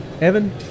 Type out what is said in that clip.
evan